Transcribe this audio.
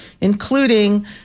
including